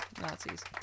nazis